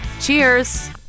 Cheers